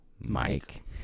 Mike